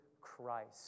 Christ